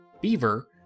Beaver